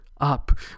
up